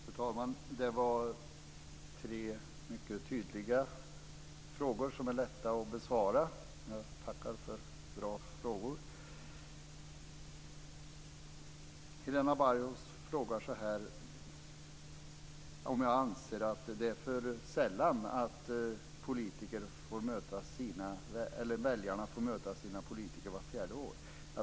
Fru talman! Det var tre mycket tydliga frågor, som är lätta att besvara. Jag tackar för bra frågor. Helena Bargholtz frågar om jag anser att väljarna för sällan får möta sina politiker när det sker vart fjärde år.